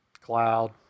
Cloud